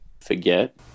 forget